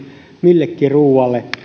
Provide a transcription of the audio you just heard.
millekin ruualle